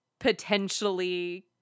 potentially